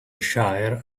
shire